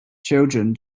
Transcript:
children